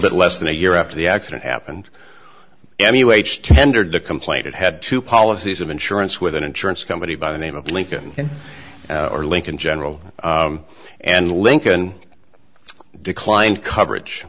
bit less than a year after the accident happened anyway tendered the complaint it had to policies of insurance with an insurance company by the name of lincoln or lincoln general and lincoln declined coverage